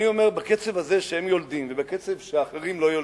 אני אומר: בקצב הזה שהם יולדים ובקצב שאחרים לא יולדים,